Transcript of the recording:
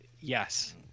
yes